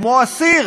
כמו אסיר,